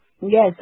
Yes